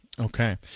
Okay